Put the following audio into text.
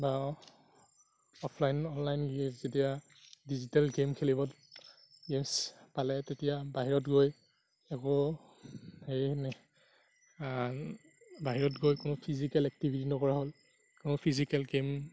বা offline online যেতিয়া digital game খেলিব গেমছ্ পালে তেতিয়া বাহিৰত গৈ একো হেৰি নে বাহিৰত গৈ কোনো ফিজিকেল এক্টিভিটি নকৰা হ'ল কোনো ফিজিকেল গেম